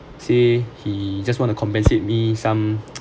say he just want to compensate me some